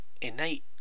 innate